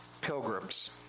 pilgrims